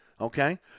Okay